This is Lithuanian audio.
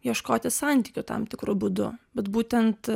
ieškoti santykių tam tikru būdu vat būtent